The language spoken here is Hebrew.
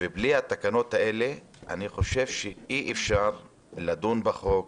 ובלי התקנות האלה אי אפשר לדון בחוק,